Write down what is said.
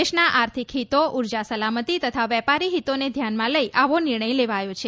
દેશના આર્થિક હિતો ઉર્જા સલામતી તથા વેપારી હિતોને ધ્યાનમાં લઈ આવો નિર્ણય લેવાયો છે